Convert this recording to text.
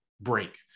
break